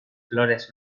flores